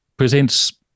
presents